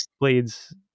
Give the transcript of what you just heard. blades